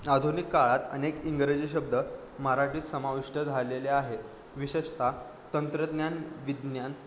आधुनिक काळात अनेक इंग्रजी शब्द मराठीत समाविष्ट झालेले आहेत विशेषता तंत्रज्ञान विज्ञान